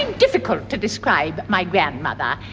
difficult to describe my grandmother,